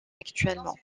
actuellement